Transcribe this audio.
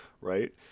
right